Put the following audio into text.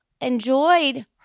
enjoyed